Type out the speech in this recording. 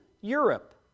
Europe